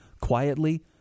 quietly